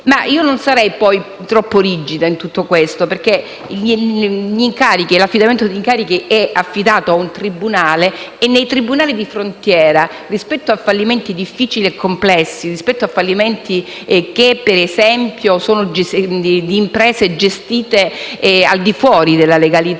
ma io non sarei troppo rigida in tutto questo, perché l'affidamento degli incarichi è attribuito a un tribunale e nei tribunali di frontiera, rispetto a fallimenti difficili e complessi, rispetto a fallimenti di imprese gestite al di fuori della legalità